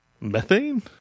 methane